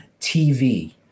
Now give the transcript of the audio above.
TV